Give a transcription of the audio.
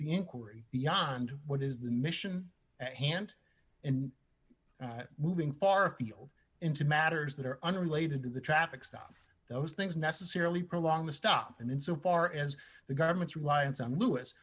the inquiry beyond what is the mission at hand and moving far afield into matters that are unrelated to the traffic stop those things necessarily prolong the stop and in so far as the government's reliance on l